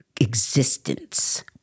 existence